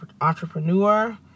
entrepreneur